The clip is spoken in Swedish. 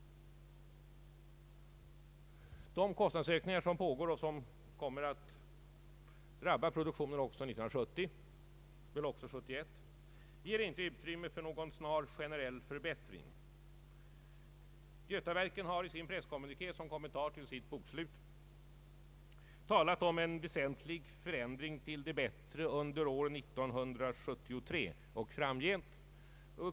De kostnadsökningar som har uppstått och som kommer att drabba produktionen också 1970 — och troligen även 1971 — ger inte utrymme för någon snar generell förbättring. Götaverken har i sin presskommuniké, som kommentar till sitt bokslut, talat om en väsentlig förändring till det bättre under år 1973 och framgent.